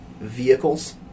vehicles